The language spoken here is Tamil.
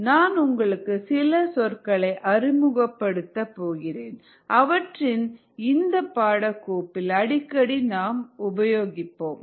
நான் உங்களுக்கு சில சொற்களை அறிமுகப்படுத்தப் போகிறேன் அவற்றை இந்த பாட கோப்பில் அடிக்கடி நாம் உபயோகிப்போம்